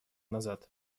назад